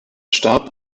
starb